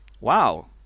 wow